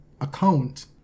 account